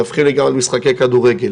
מדווחים לי גם על משחקי כדורגל,